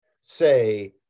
say